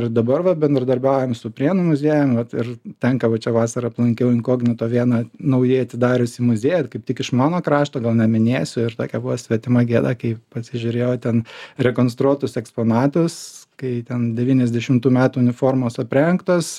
ir dabar va bendradarbiaujam su prienų muziejum vat ir tenka va čia vasarą aplankiau inkognito vieną naujai atidariusį muziejų ir kaip tik iš mano krašto gal neminėsiu ir tokia buvo svetima gėda kai pasižiūrėjau ten rekonstruotus eksponatus kai ten devyniasdešimtų metų uniformos aprengtos